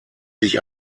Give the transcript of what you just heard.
sich